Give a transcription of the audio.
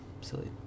silly